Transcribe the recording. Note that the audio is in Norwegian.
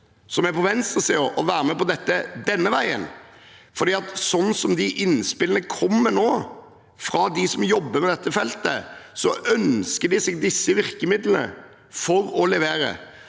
som er på venstresiden, å være med på dette denne veien. Innspillene som kommer nå fra dem som jobber med dette feltet, er at de ønsker seg disse virkemidlene for å levere.